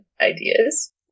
ideas